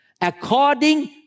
According